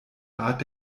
art